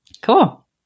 cool